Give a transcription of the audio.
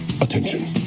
Attention